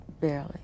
Barely